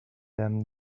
them